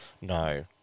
no